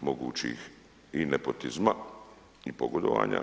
mogućih i nepotizma i pogodovanja.